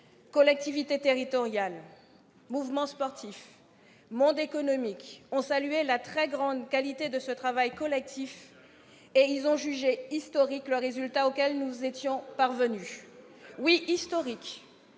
collectivités territoriales, des mouvements sportifs et du monde économique ont salué la très grande qualité de ce travail collectif et ils ont jugé historique le résultat auquel nous étions parvenus. Historique,